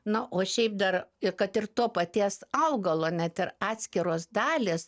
na o šiaip dar ir kad ir to paties augalo net ir atskiros dalys